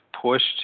pushed